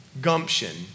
gumption